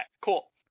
cool